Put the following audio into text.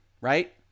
Right